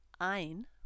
ein